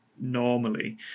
normally